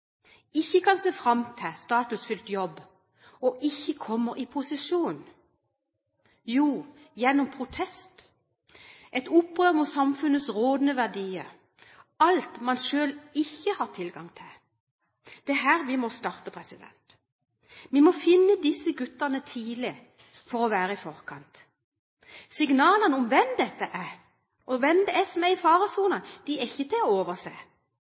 ikke kan se fram til statusfylt jobb og ikke kommer i posisjon? Jo, gjennom protest, gjennom opprør mot samfunnets rådende verdier – alt man selv ikke har tilgang til. Det er her vi må starte. Vi må finne disse guttene tidlig for å være i forkant. Signalene om hvem dette er, og hvem som er i faresonen, er ikke til å overse.